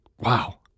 Wow